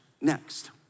Next